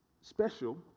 special